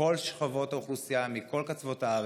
מכל שכבות האוכלוסייה, מכל קצוות הארץ.